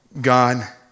God